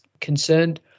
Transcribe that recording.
concerned